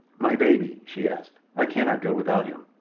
my baby? she asked. i cannot go without him.